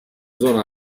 zona